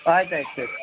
ಆಯ್ತು ಆಯ್ತು ಸರಿ